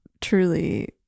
Truly